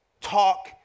talk